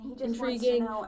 intriguing